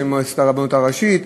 של מועצת הרבנות הראשית,